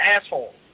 asshole